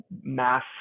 mass